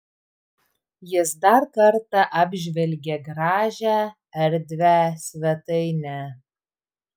jis dar kartą apžvelgė gražią erdvią svetainę